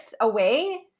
away